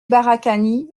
barakani